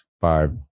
five